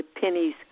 pennies